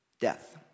death